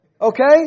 Okay